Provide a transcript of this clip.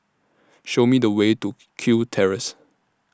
Show Me The Way to Kew Terrace